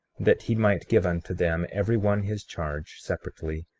that he might give unto them every one his charge, separately,